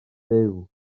byw